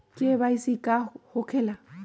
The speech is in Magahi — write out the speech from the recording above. के.वाई.सी का हो के ला?